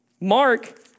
Mark